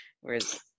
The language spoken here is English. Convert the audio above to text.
Whereas